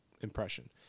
impression